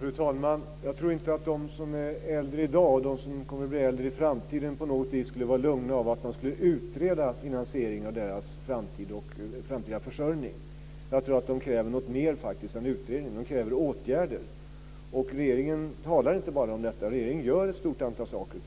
Fru talman! Jag tror inte att de som är äldre i dag och framtidens äldre på något vis skulle känna sig lugna av att man skulle utreda finansieringen av deras framtida försörjning. Jag tror att de kräver något mer än utredning. De kräver åtgärder. Regeringen inte bara talar om detta. Regeringen gör ett stort antal saker.